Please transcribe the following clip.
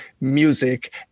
music